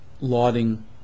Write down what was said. lauding